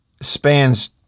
spans